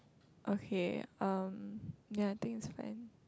okay uh ya I think is fine